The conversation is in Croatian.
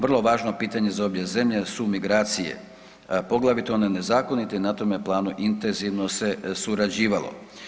Vrlo važno pitanje za obje zemlje su migracije, poglavito one nezakonite i na tome planu intenzivno se surađivalo.